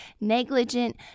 negligent